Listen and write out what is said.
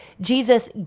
Jesus